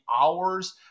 hours